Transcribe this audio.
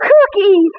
Cookie